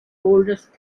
oldest